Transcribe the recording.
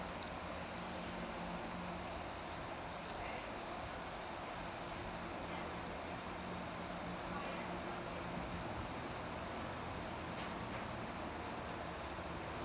oh